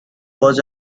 was